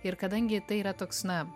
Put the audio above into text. ir kadangi tai yra toks na